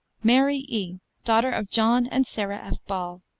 mary e, daughter of john and sarah f. ball.